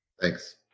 Thanks